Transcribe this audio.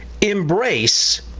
embrace